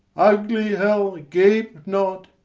ugly hell, gape not!